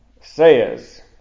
says